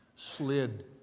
Slid